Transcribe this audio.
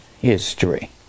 history